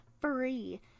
free